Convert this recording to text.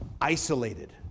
isolated